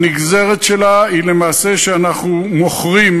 הנגזרת שלה היא למעשה שאנחנו מוכרים,